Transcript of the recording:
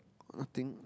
got nothing